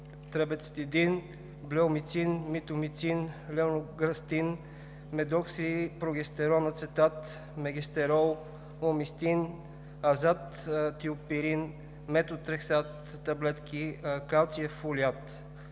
Трабектедин, Блеомицин, Митомицин, Ленограстим, Медроксипрогестерон ацетат, Мегестрол, Фламистин, Азат-тиопирин, Метотрексат таблетки, Калциев фолиат.